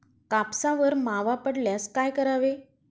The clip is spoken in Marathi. कापसावर मावा पडल्यास काय करावे?